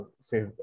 say